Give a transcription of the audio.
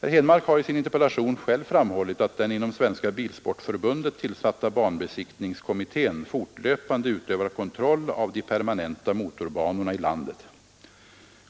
Herr Henmark har i sin interpellation själv framhållit att den inom Svenska bilsportförbundet tillsatta banbesiktningskommittén fortlöpande utövar kontroll av de permanenta motorbanorna i landet.